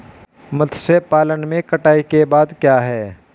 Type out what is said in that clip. मत्स्य पालन में कटाई के बाद क्या है?